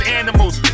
animals